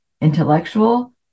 intellectual